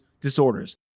disorders